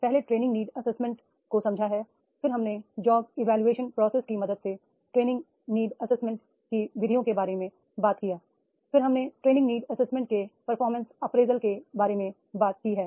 पहले training need assessment को समझा है फिर हमने जॉब इवोल्यूशन प्रोसेस की मदद से नीड एसेसमेंट की विधियों के बारे में बात किया फिर हमने ट्रे निंग नीड एसेसमेंट के परफॉर्मेंस अप्रेजल के बारे में बात की है